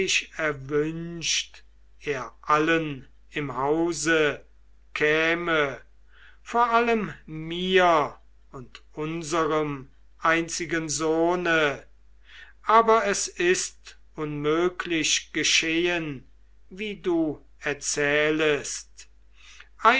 erwünscht er allen im hause käme vor allem mir und unserm einzigen sohne aber es ist unmöglich geschehen wie du erzählest